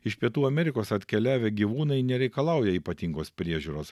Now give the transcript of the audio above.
iš pietų amerikos atkeliavę gyvūnai nereikalauja ypatingos priežiūros